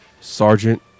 Sergeant